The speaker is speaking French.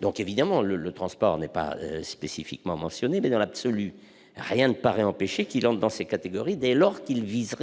Certes, le transport n'est pas spécifiquement mentionné, mais, dans l'absolu, rien ne paraît empêcher qu'il entre dans ces catégories dès lors qu'il vise